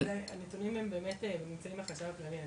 אז הנתונים באמת נמצאים בחשב הכללי.